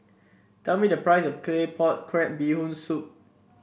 tell me the price of Claypot Crab Bee Hoon Soup